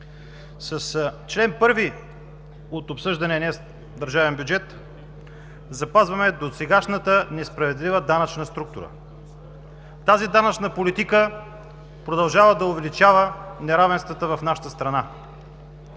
С чл. 1 от обсъждания днес държавен бюджет запазваме досегашната несправедлива данъчна структура. Тази данъчна политика продължава да увеличава неравенствата в нашата страна.